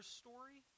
story